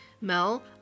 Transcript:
Mel